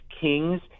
kings